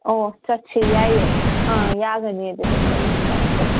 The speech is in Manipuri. ꯑꯧ ꯆꯠꯁꯤ ꯌꯥꯏꯌꯦ ꯌꯥꯒꯅꯤ ꯑꯗꯨꯁꯨ ꯑꯗꯨꯝ ꯆꯠꯁꯦ